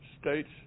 States